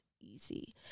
easy